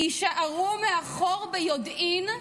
יישארו מאחור ביודעין,